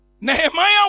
Nehemiah